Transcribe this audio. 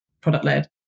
product-led